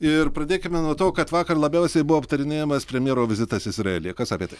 ir pradėkime nuo to kad vakar labiausiai buvo aptarinėjamas premjero vizitas izraelyje kas apie tai